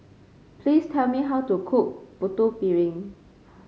please tell me how to cook Putu Piring